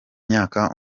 myaka